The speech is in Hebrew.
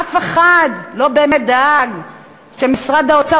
אף אחד לא באמת דאג שמשרד האוצר,